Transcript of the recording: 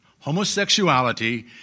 Homosexuality